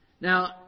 Now